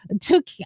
took